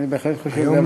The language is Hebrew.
אני חושב שזה דבר,